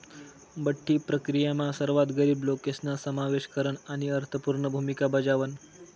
बठ्ठी प्रक्रीयामा सर्वात गरीब लोकेसना समावेश करन आणि अर्थपूर्ण भूमिका बजावण